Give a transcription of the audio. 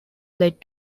led